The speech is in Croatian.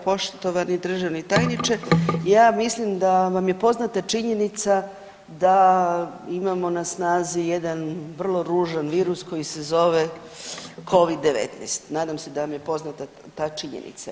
Poštovani državni tajniče, ja mislim da vam je poznata činjenica da imamo na snazi jedan vrlo ružan virus koji se zove Covid-19, nadam se da vam je poznata ta činjenica.